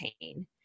pain